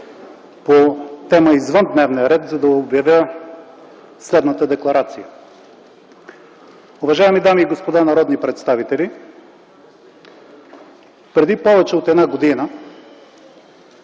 по тема извън дневния ред, за да обявя следната декларация. Уважаеми дами и господа народни представители, преди повече от една година